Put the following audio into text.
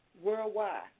worldwide